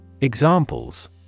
Examples